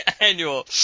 Annual